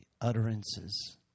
utterances